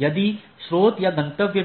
यदि स्रोत या गंतव्य